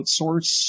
outsource